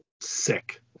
sick